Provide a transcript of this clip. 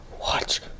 watch